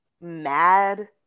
mad